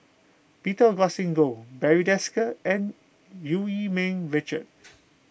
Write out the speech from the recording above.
Peter Augustine Goh Barry Desker and Eu Yee Ming Richard